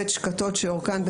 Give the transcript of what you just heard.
שקתות שאורכן,